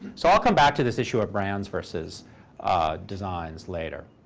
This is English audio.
so i'll come back to this issue of brands versus designs later.